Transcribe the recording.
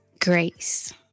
grace